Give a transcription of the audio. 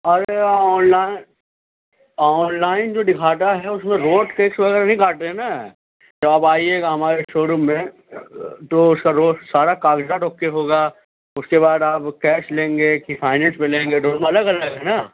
ارے online online جو دکھاتا ہے اس میں روڈ ٹیکس وغیرہ نہیں کاٹتے ہیں نا تو آپ آئیے گا ہمارے شو روم میں تو اس کا روس سارا كاغذات اوکے ہوگا اس کے بعد آپ کیش لیں گے کہ فائننس پہ لیں گے دونوں الگ الگ ہے نا